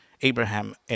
Abraham